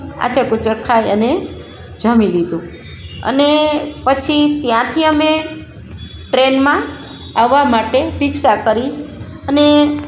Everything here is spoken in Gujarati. આચર કૂચર ખાઈ અને જમી લીધું અને પછી ત્યાંથી અમે ટ્રેનમાં આવવા માટે રિક્ષા કરી અને